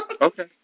Okay